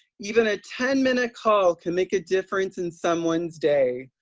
even a ten minute call can make a difference in someone's day.